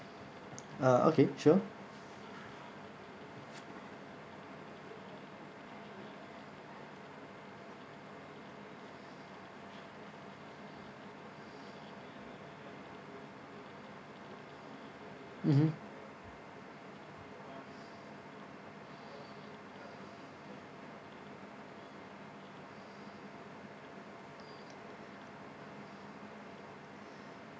uh okay sure mmhmm